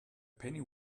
penny